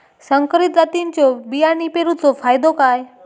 संकरित जातींच्यो बियाणी पेरूचो फायदो काय?